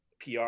pr